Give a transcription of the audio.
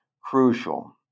crucial